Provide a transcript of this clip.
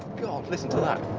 god listen to that!